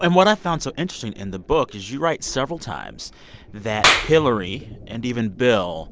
and what i found so interesting in the book is you write several times that hillary and even bill